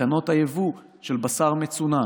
תקנות היבוא של בשר מצונן.